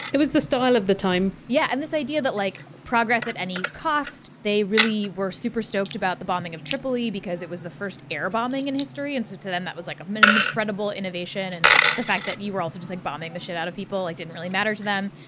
it was the style of the time. yeah. and this idea that like progress at any cost. they really were super stoked about the bombing of tripoli because it was the first air bombing in history and so to them that was like an and incredible innovation and the fact that you were also just like bombing the shit out of people like didn't really matter to them.